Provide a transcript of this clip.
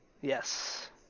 Yes